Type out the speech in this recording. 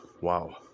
wow